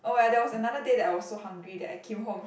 oh ya there was another day that I was so hungry that I came home